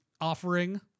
offering